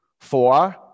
Four